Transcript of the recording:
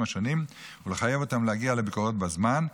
השונים ולחייב אותם להגיע לביקורות בזמן.